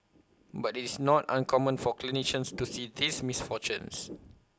but IT is not uncommon for clinicians to see these misfortunes